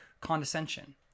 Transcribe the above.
condescension